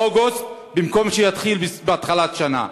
אוגוסט, במקום שיתחיל בתחילת שנה.